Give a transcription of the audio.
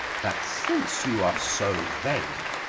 that since you are so vain,